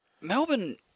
Melbourne